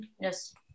yes